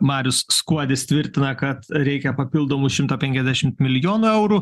marius skuodis tvirtina kad reikia papildomų šimto penkiasdešimt milijonų eurų